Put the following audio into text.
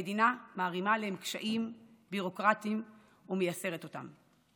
המדינה מערימה עליהם קשיים ביורוקרטיים ומייסרת אותם.